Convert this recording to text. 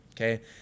okay